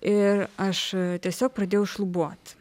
ir aš tiesiog pradėjau šlubuot